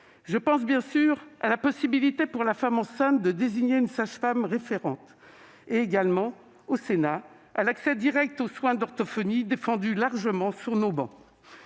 Je pense bien sûr à la possibilité pour la femme enceinte de désigner une sage-femme référente et à l'accès direct aux soins d'orthophonie, défendu largement sur nos travées.